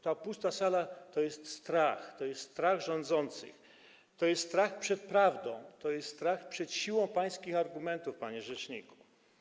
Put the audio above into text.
Ta pusta sala to jest strach, to jest strach rządzących, to jest strach przed prawdą, to jest strach przed siłą pańskich argumentów, panie rzeczniku.